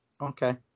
Okay